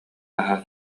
наһаа